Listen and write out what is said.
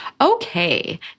Okay